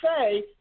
say